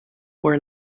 were